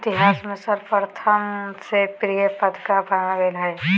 इतिहास में सर्वप्रथम डचव्यापारीचीन से चाययूरोपले गेले हल तब से प्रिय पेय पदार्थ बन गेलय